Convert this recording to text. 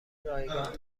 رایگان